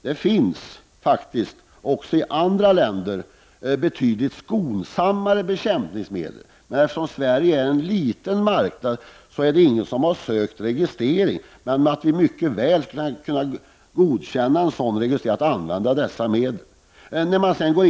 Det finns i andra länder betydligt skonsammare bekämpningsmedel, men ingen har sökt registrering av dem här, eftersom Sverige är en liten marknad. Vi skulle mycket väl kunna godkänna registrering av dessa medel och använda dem.